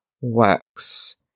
works